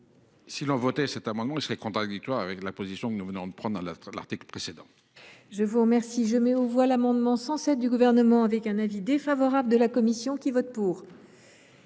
Adopter cet amendement serait contradictoire avec la position que nous venons de prendre sur l’article précédent.